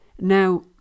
Now